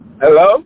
Hello